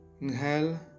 Inhale